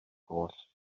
goll